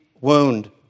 wound